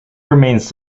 remains